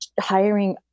hiring